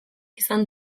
izan